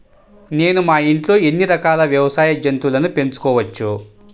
నేను మా ఇంట్లో ఎన్ని రకాల వ్యవసాయ జంతువులను పెంచుకోవచ్చు?